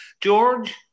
George